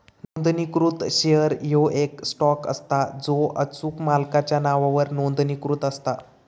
नोंदणीकृत शेअर ह्यो येक स्टॉक असता जो अचूक मालकाच्या नावावर नोंदणीकृत असता